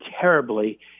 terribly